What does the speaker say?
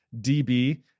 DB